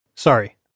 Sorry